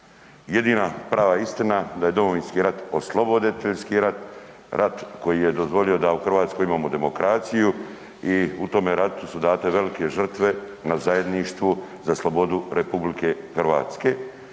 Jedina prava istina da je Domovinski rat osloboditeljski rat, rat koji je dozvolio da u Hrvatskoj imamo demokraciju i u tome ratu su date velike žrtve na zajedništvu za slobodu RH i to